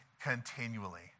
continually